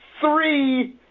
three